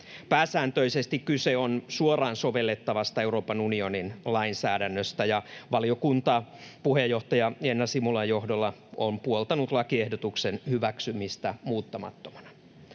Pääsääntöisesti kyse on suoraan sovellettavasta Euroopan unionin lainsäädännöstä, ja valiokunta puheenjohtaja Jenna Simulan johdolla on puoltanut lakiehdotuksen hyväksymistä muuttamattomana.